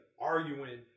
arguing